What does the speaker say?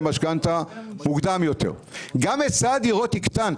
משכנתא מוקדם יותר וגם היצע הדירות יקטן.